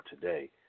today